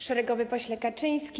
Szeregowy Pośle Kaczyński!